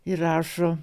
ir rašo